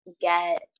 get